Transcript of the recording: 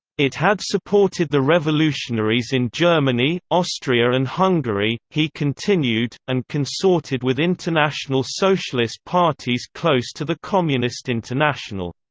it had supported the revolutionaries in germany, austria and hungary, he continued and consorted with international socialist parties close to the communist international.